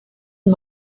une